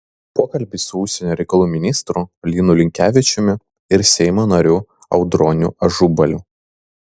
pokalbis su užsienio reikalų ministru linu linkevičiumi ir seimo nariu audroniu ažubaliu